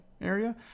area